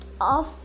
off